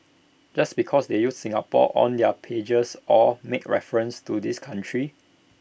just because they use Singapore on their pages or make references to this country